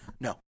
No